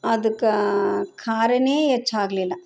ಅದಕ್ಕೆ ಖಾರನೇ ಹೆಚ್ಚಾಗ್ಲಿಲ್ಲ